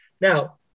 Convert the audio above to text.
Now